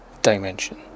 Dimension